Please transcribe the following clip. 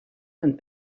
and